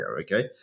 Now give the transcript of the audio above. Okay